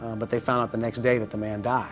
um but they found out the next day, that the man ah